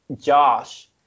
Josh